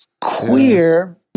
queer